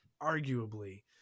arguably